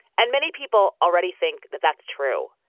and many people already think that that's true.